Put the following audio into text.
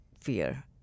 fear